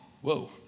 Whoa